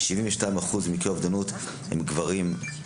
72% ממקרי האובדנות הם של גברים.